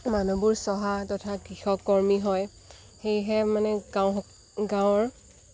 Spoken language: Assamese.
মানুহবোৰ চহা তথা কৃষক কৰ্মী হয় সেয়েহে মানে গাঁও গাঁৱৰ